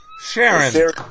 Sharon